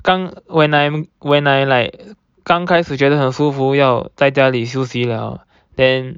刚 when I'm when I like 刚开始觉得很舒服要在家里休息了 then